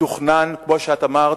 מתוכנן, כמו שאת אמרת,